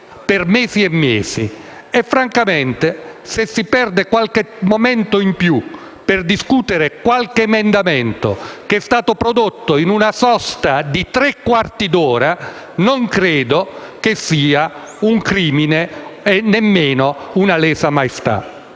mesi e mesi. Francamente se si spende qualche momento in più per discutere qualche subemendamento che è stato prodotto in una sosta di tre quarti d'ora non credo che sia un crimine e nemmeno una lesa maestà.